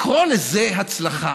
לקרוא לזה הצלחה